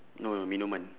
no no minuman